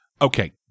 Okay